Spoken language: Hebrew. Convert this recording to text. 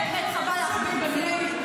חבל להכביר במילים.